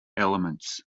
elements